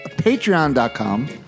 Patreon.com